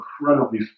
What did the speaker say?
incredibly